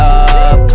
up